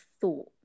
thought